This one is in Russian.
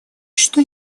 что